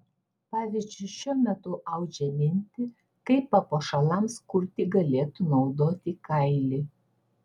pavyzdžiui šiuo metu audžia mintį kaip papuošalams kurti galėtų naudoti kailį